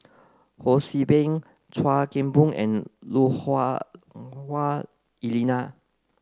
Ho See Beng Chuan Keng Boon and Lui Hah Wah Elena